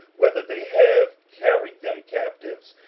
whither they have carried them captives,